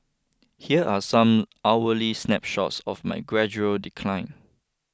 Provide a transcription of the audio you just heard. here are some hourly snapshots of my gradual decline